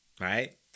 right